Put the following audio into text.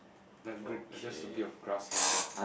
like green like just a bit of grass here and there